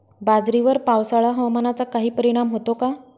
बाजरीवर पावसाळा हवामानाचा काही परिणाम होतो का?